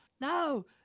no